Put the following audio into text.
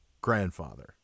grandfather